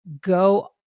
go